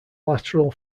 lateral